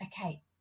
okay